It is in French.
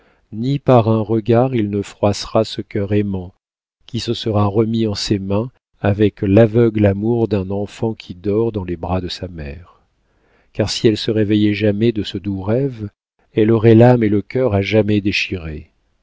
ni par un regard il ne froissera ce cœur aimant qui se sera remis en ses mains avec l'aveugle amour d'un enfant qui dort dans les bras de sa mère car si elle se réveillait jamais de ce doux rêve elle aurait l'âme et le cœur à jamais déchirés